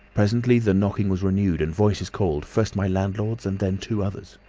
presently the knocking was renewed and voices called, first my landlord's, and then two others.